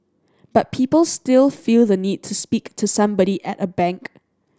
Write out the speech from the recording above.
but people still feel the need to speak to somebody at a bank